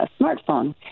smartphone